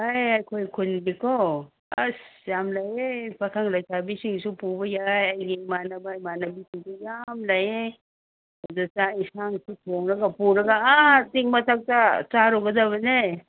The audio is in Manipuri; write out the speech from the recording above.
ꯑꯦ ꯑꯩꯈꯣꯏ ꯈꯨꯟꯗꯤꯀꯣ ꯑꯁ ꯌꯥꯝ ꯂꯩꯌꯦ ꯄꯥꯈꯪ ꯂꯩꯁꯥꯕꯤꯁꯤꯡꯁꯨ ꯄꯨꯕ ꯌꯥꯏ ꯑꯩꯒꯤ ꯏꯃꯥꯟꯅꯕ ꯏꯃꯥꯟꯅꯕꯤꯁꯤꯡꯁꯨ ꯌꯥꯝ ꯂꯩꯌꯦ ꯑꯗꯨ ꯆꯥꯛ ꯏꯟꯁꯥꯡꯁꯨ ꯊꯣꯡꯂꯒ ꯄꯨꯔꯒ ꯑꯥ ꯆꯤꯡ ꯃꯊꯛꯇ ꯆꯥꯔꯨꯒꯗꯕꯅꯦ